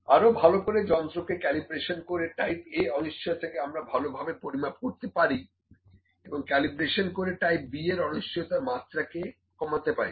আরো ভালো করে যন্ত্র কে ক্যালিব্রেশন করে টাইপ A অনিশ্চয়তাকে আমরা ভালোভাবে পরিমাপ করতে পারি এবং ক্যালিব্রেশন করে টাইপ B অনিশ্চয়তার মাত্রাকে কমাতে পারি